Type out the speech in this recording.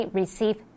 receive